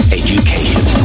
education